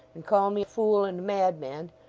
and call me fool and madman,